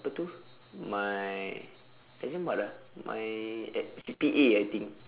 apa itu my exam what ah my at C_P_A I think